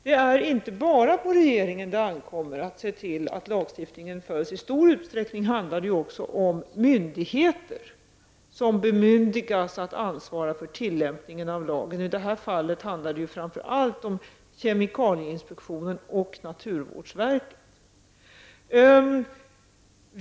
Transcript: Det är inte bara på regeringen det ankommer att se till att lagstiftningen följs. I stor utsträckning handlar det också om myndigheter som bemyndigas att ansvara för tillämpningen av lagen. I det här fallet handlar det framför allt om kemikalieinspektionen och naturvårdsverket.